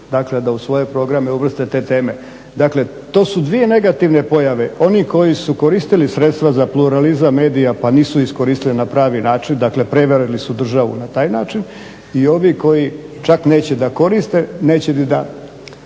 dakle da u svoje programe uvrste te teme. Dakle, to su dvije negativne pojave. Oni koji su koristili sredstva za pluralizam medija pa nisu iskoristili na pravi način, dakle prevarili su državu na taj način. I ovi koji čak neće da koriste, neće da